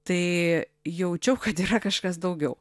tai jaučiau kad kažkas daugiau